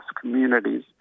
communities